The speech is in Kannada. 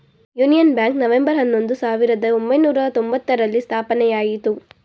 ಯೂನಿಯನ್ ಬ್ಯಾಂಕ್ ನವೆಂಬರ್ ಹನ್ನೊಂದು, ಸಾವಿರದ ಒಂಬೈನೂರ ಹತ್ತೊಂಬ್ತರಲ್ಲಿ ಸ್ಥಾಪನೆಯಾಯಿತು